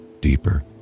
deeper